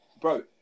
Bro